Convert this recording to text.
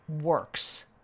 works